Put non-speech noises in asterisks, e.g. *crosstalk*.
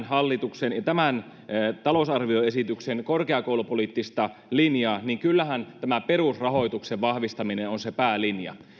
*unintelligible* hallituksen ja talousarvioesityksen korkeakoulupoliittista linjaa niin kyllähän tämä perusrahoituksen vahvistaminen on se päälinja